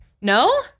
No